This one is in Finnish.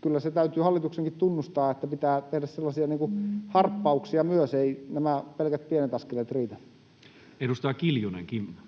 kyllä se täytyy hallituksenkin tunnustaa, että pitää tehdä sellaisia harppauksia myös, eivät nämä pelkät pienet askeleet riitä. [Speech 122] Speaker: